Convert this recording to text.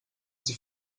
sie